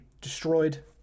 destroyed